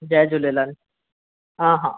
जय झूलेलाल हा हा